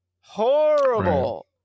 horrible